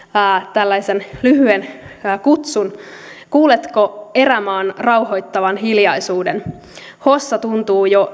tällaisen lyhyen kutsun kuuletko erämaan rauhoittavan hiljaisuuden hossa tuntuu jo